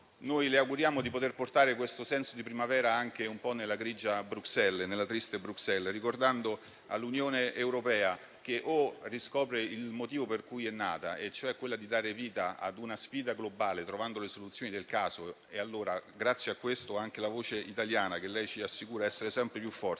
Noi le auguriamo di poter portare questo senso di primavera un po' anche nella grigia e triste Bruxelles, ricordando all'Unione europea il motivo per cui è nata, cioè dare vita ad una sfida globale, trovando le soluzioni del caso. Grazie a questo, anche la voce italiana, che lei ci assicura essere sempre più forte,